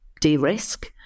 de-risk